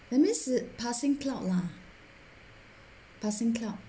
that means 是 passing cloud lah passing cloud